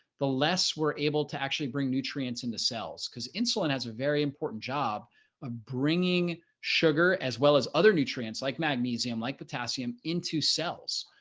the less we're able to actually bring nutrients into cells because insulin has a very important job of ah bringing sugar as well as other nutrients like magnesium like potassium into cells.